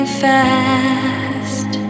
fast